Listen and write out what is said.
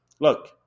Look